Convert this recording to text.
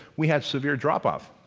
we had severe drop-off,